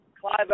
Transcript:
Clive